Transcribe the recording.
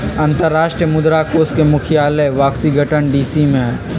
अंतरराष्ट्रीय मुद्रा कोष के मुख्यालय वाशिंगटन डीसी में हइ